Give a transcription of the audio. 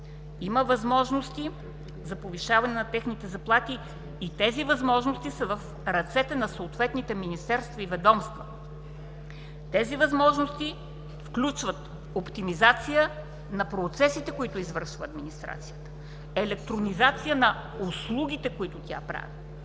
има възможности за повишаване на техните заплати и тези възможности са в ръцете на съответните министерства и ведомства. Тези възможности включват оптимизация на процесите, които извършва администрацията, електронизация на услугите, които тя прави,